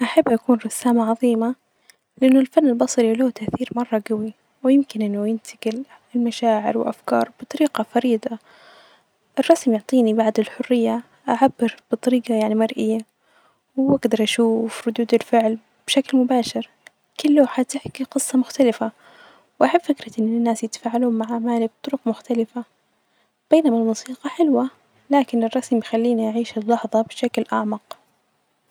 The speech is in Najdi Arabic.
أحب أكون رسامة عظيمة، لانه الفن البصري له تأثير مرة كبير ،ويمكن أنه ينتجل ف مشاعر وأفكار بطريقة فريدة ،الرسم يعطيني بعض الحرية أعبر بطريقة يعني مرئية ،وأجدر أشوف ردود الفعل بشكل مباشر ،كل لوحة تحكي قصة مختلفة ،وأحب فكرة إن الناس يتفاعلون مع ماني بطرق مختلفة بينما الموسيقى حلوة لكن الرسم يخليني أعيش اللحظة بشكل أعمق.